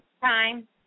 time